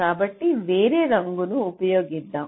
కాబట్టి వేరే రంగును ఉపయోగిద్దాం